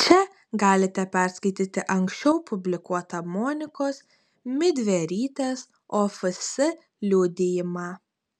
čia galite perskaityti anksčiau publikuotą monikos midverytės ofs liudijimą